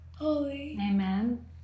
Amen